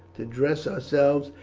to dress ourselves,